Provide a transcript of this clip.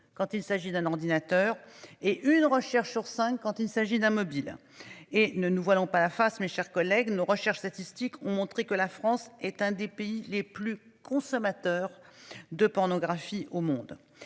quand il s'agit d'un ordinateur et une recherche sur cinq quand il s'agit d'un mobile et ne nous voilons pas la face. Mes chers collègues. Nos recherches statistiques ont montré que la France est un des pays les plus consommateurs de pornographie au monde